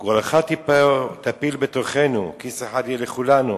"גורלך תפיל בתוכנו כיס אחד יהיה לכלנו.